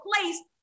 place